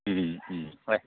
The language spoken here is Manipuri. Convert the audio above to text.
ꯎꯝ ꯎꯝ ꯍꯣꯏ